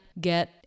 get